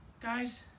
Guys